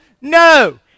no